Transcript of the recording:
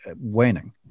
waning